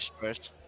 first